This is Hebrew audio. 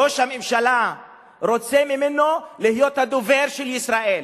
ראש הממשלה רוצה ממנו להיות הדובר של ישראל,